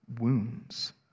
wounds